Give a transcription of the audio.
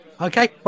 okay